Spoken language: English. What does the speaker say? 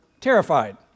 terrified